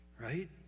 right